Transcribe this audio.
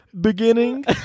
beginning